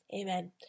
amen